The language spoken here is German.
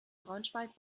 braunschweig